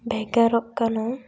ᱵᱷᱮᱜᱟᱨᱚᱜ ᱠᱟᱱᱟ